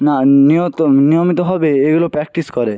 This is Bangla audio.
না নিয়ত নিয়মিতভাবে এগুলো প্র্যাকটিস করে